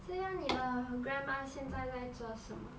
这样你的 grandma 现在在做什么